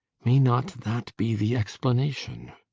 may not that be the explanation.